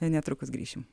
ir netrukus grįšim